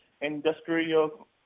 Industrial